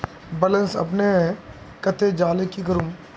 Balance अपने कते जाले की करूम?